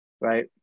right